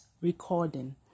recording